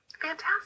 Fantastic